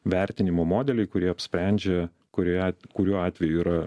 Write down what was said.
vertinimo modeliai kurie apsprendžia kurioje kuriuo atveju yra